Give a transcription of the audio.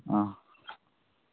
आं